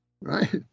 right